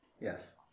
Yes